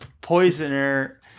Poisoner